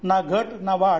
ना घट ना वाढ